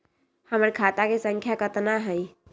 हमर खाता के सांख्या कतना हई?